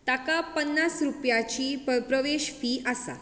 ताका पन्नास रुपयाची प्रवेश फी आसा